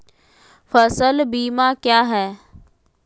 फ़सल बीमा क्या है?